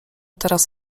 teraz